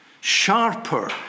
sharper